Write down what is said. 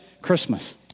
Christmas